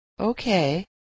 Okay